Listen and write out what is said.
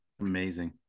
Amazing